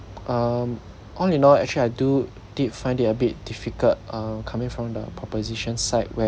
um oh you know actually I do did find it a bit difficult uh coming from the proposition side where